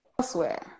elsewhere